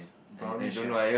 brownish ya